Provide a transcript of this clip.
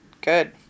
Good